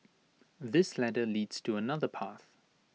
this ladder leads to another path